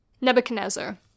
nebuchadnezzar